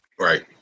Right